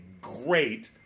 great